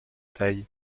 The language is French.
taille